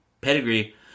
pedigree